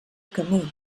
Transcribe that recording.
camí